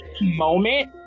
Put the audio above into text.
Moment